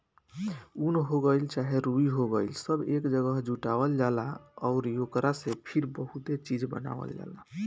उन हो गइल चाहे रुई हो गइल सब एक जागह जुटावल जाला अउरी ओकरा से फिर बहुते चीज़ बनावल जाला